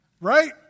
Right